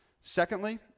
Secondly